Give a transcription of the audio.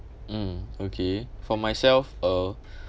mm okay for myself uh